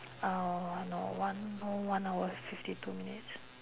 uh no one no one hour fifty two minutes